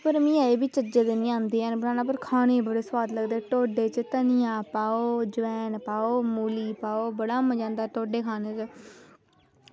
ते मिगी ऐंही बी निं चज्जै दे निं आंदे बनाना ते खाने गी बड़े सोआद लगदे ढोड्डे धनिया पाओ जमैन पाओ मूली पाओ बड़ा मज़ा आंदा ढोडे खाने दा